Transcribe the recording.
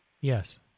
Yes